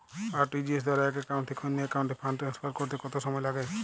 RTGS দ্বারা এক account থেকে অন্য একাউন্টে ফান্ড ট্রান্সফার করতে কত সময় লাগে?